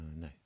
No